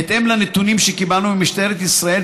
בהתאם לנתונים שקיבלנו ממשטרת ישראל,